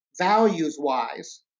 values-wise